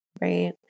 right